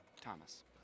Thomas